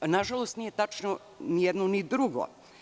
Na žalost, nije tačno ni jedno, ni drugo.